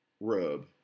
rub